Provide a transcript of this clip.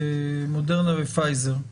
מודרנה ופייזר הרי